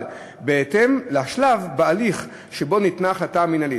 בהתאם לשלב בהליך שבו ניתנה ההחלטה המינהלית,